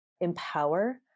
empower